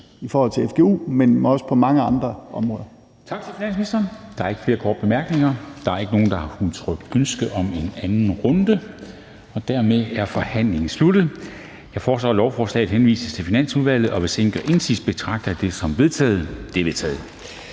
Formanden (Henrik Dam Kristensen): Tak til finansministeren. Der er ikke flere korte bemærkninger, og der er ikke nogen, der har udtrykt ønske om anden runde. Dermed er forhandlingen sluttet. Jeg foreslår, at lovforslaget henvises til Finansudvalget. Hvis ingen gør indsigelse, betragter jeg det som vedtaget. Det er vedtaget.